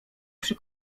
przy